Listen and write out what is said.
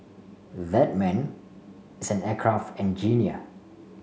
that man is an aircraft engineer